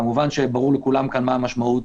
כמובן, ברור לכולם מה המשמעות